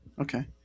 Okay